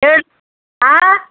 ಹೇಳಿ ಹಾಂ